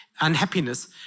unhappiness